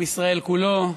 עם ישראל כולו,